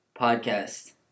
Podcast